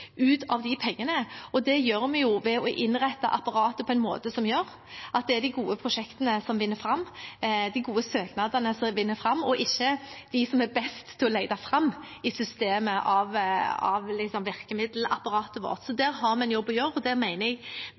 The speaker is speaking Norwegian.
ut av de pengene, og det gjør vi ved å innrette apparatet på en måte som gjør at det er de gode prosjektene og de gode søknadene som vinner fram, ikke de som er best til å finne fram i systemet for virkemiddelapparatet vårt. Der har vi en jobb å gjøre, og jeg mener